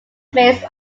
remains